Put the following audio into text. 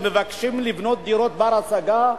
שמבקשים לבנות דירות בדיור בר-השגה,